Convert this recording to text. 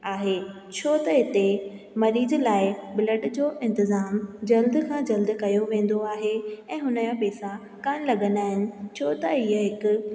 आहे छो त हिते मरीज़ लाइ ब्लड जो इंतिज़ाम जल्द खां जल्द कयो वेंदो आहे ऐं हुन जा पैसा कोन लॻंदा आहिनि छो त इहा हिकु